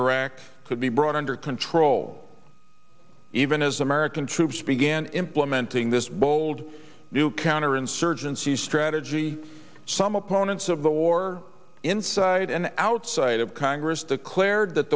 iraq could be brought under control even as american troops began implementing this bold new counterinsurgency strategy some opponents of the war inside and outside of congress declared that